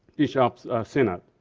bishop's synod.